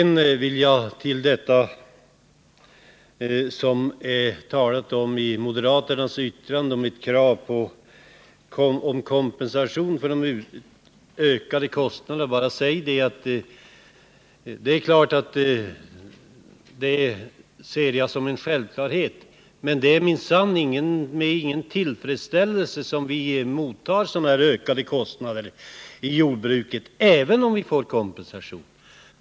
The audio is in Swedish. När det gäller moderaternas yttrande om krav på kompensation för ökade kostnader vill jag bara säga att jag ser det som en självklarhet att sådan kompensation kommer till stånd. Men det är minsann inte med någon tillfredsställelse som vi inom jordbruket mottar sådana här ökade kostnader, även om vi får kompensation.